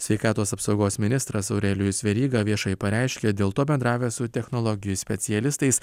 sveikatos apsaugos ministras aurelijus veryga viešai pareiškė dėl to bendravęs su technologijų specialistais